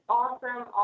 awesome